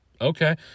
Okay